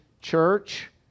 church